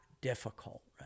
difficult